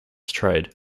trade